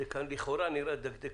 סליחה, לכאורה זה נקרא דקדקנות.